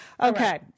Okay